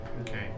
Okay